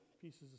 pieces